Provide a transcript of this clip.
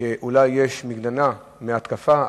שאולי יש מגננה מהתקפה,